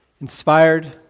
inspired